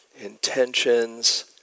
intentions